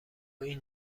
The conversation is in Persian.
این